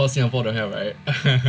oh cause Singapore don't have right